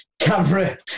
camera